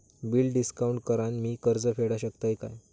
Bill discount करान मी कर्ज फेडा शकताय काय?